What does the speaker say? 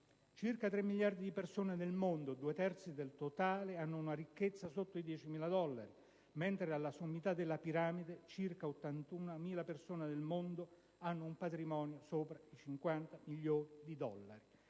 Circa 3 miliardi di persone nel mondo (due terzi del totale) hanno una ricchezza sotto i 10.000 dollari, mentre alla sommità della piramide circa 81.000 persone nel mondo hanno un patrimonio sopra i 50 milioni di dollari.